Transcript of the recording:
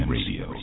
Radio